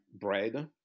bread